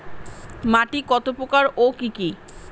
মাটি কত প্রকার ও কি কি?